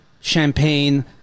champagne